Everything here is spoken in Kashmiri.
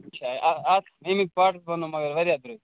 اَچھا اَتھ اَمِکۍ پارٹس بَنن مگر واریاہ درٛۅگۍ